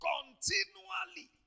Continually